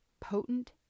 potent